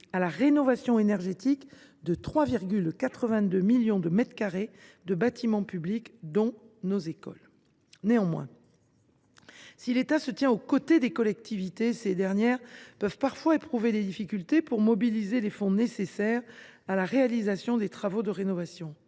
à la rénovation énergétique de 3,82 millions de mètres carrés de bâtiments publics, dont nos écoles. Néanmoins, si l’État se tient aux côtés des collectivités, ces dernières peuvent parfois éprouver des difficultés pour mobiliser les fonds nécessaires à la réalisation des travaux de rénovation.